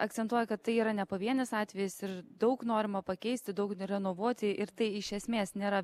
akcentuoja kad tai yra ne pavienis atvejis ir daug norima pakeisti daug renovuoti ir tai iš esmės nėra